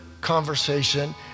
conversation